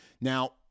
Now